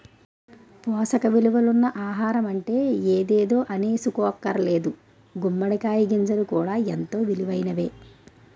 పోసక ఇలువలున్న ఆహారమంటే ఎదేదో అనీసుకోక్కర్లేదు గుమ్మడి కాయ గింజలు కూడా ఎంతో ఇలువైనయే